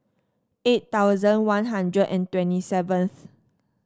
eight thousand One Hundred and twenty seventh